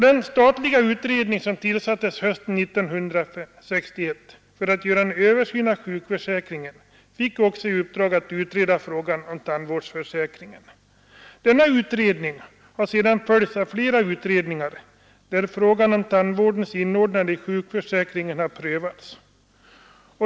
Den statliga utredning som tillsattes hösten 1961 för att göra en översyn av sjukförsäkringen fick också i uppdrag att utreda frågan om tandvårdsförsäkring. Denna utredning har sedan följts av flera utredningar, där frågan om tandvårdens inordnande i sjukförsäkringen har prövats.